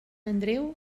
andreu